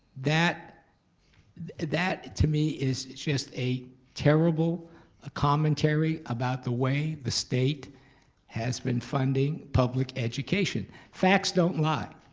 that that to me is just a terrible ah commentary about the way the state has been funding public education. facts don't lie.